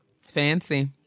Fancy